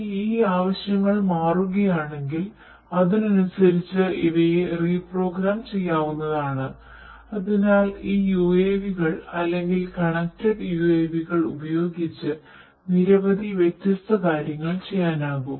ഇനി ഈ ആവശ്യങ്ങൾ മാറുകയാണെങ്കിൽ അതിനനുസരിച് ഇവയെ റീപ്രോഗ്രാം കൾ ഉപയോഗിച്ച് നിരവധി വ്യത്യസ്ത കാര്യങ്ങൾ ചെയ്യാനാകും